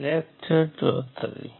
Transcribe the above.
આપણે KCL ઈક્વેશન્સની સંખ્યા નક્કી કરી છે